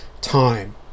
time